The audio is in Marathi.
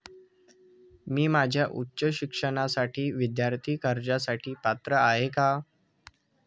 मी माझ्या उच्च शिक्षणासाठी विद्यार्थी कर्जासाठी पात्र आहे का?